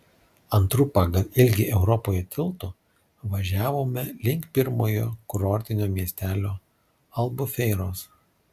antru pagal ilgį europoje tiltu važiavome link pirmojo kurortinio miestelio albufeiros